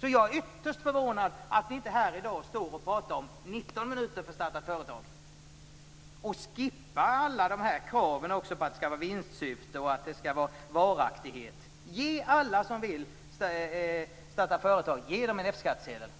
Jag är därför ytterst förvånad över att moderaterna inte står här i dag och kräver att det skall ta högst 19 minuter att starta ett företag, att man skall skippa kraven på vinstsyfte och varaktighet samt ge alla som vill starta företag en F-skattsedel!